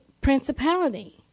principality